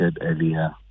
earlier